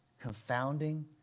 confounding